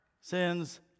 sins